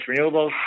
renewables